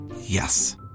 Yes